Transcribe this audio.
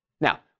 Now